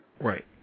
Right